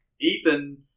Ethan